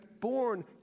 born